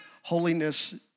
holiness